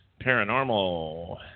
Paranormal